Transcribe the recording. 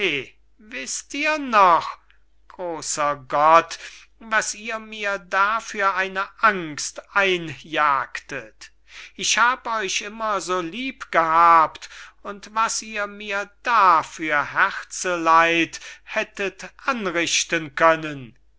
wißt ihr noch großer gott was ihr mir da für eine angst einjagtet ich hab euch immer so lieb gehabt und was ihr mir da für herzeleid hättet anrichten können